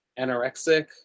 anorexic